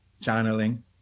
channeling